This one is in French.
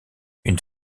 une